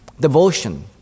Devotion